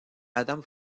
adam